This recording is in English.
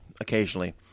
occasionally